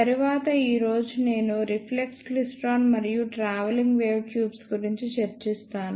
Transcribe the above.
తరువాత ఈ రోజు నేను రిఫ్లెక్స్ క్లైస్ట్రాన్ మరియు ట్రావెలింగ్ వేవ్ ట్యూబ్స్ గురించి చర్చిస్తాను